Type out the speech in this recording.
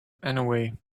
anyway